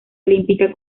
olímpica